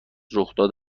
رخداد